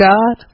God